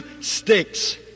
sticks